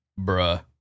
Bruh